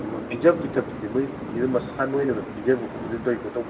ꯑꯗꯨꯗ ꯄꯤꯖ ꯄꯤꯊꯛꯄꯗꯤ ꯃꯣꯏꯁꯦ ꯀꯩꯁꯤꯗ ꯃꯁꯥ ꯅꯣꯏꯅꯕ ꯄꯤꯖꯕ ꯈꯣꯠꯄꯗꯤ ꯑꯗꯨꯝ ꯇꯧꯏꯀꯣ